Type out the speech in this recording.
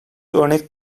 örnek